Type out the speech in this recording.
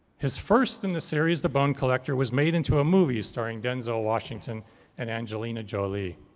his first in the series, the bone collector was made into a movie starring denzel washington and angelina jolie.